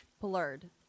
Blurred